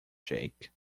jake